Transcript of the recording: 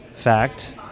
fact